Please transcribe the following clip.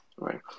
right